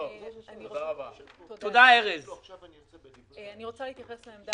אני רוצה להתייחס לעמדה